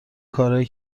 کارهایی